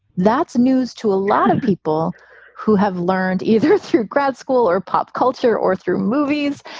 that's news to a lot of people who have learned either through grad school or pop culture or through movies,